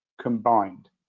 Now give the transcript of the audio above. combined